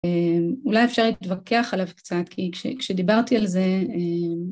אולי אפשר להתווכח עליו קצת, כי כשדיברתי על זה